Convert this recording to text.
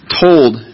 told